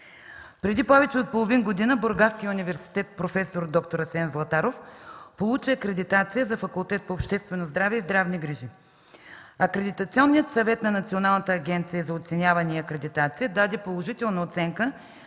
преди повече от половин година бургаският университет „Проф. д-р Асен Златаров” получи акредитация за Факултет по обществено здраве и здравни грижи. Акредитационният съвет на Националната агенция за оценявания и акредитация даде положителна оценка